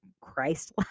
Christ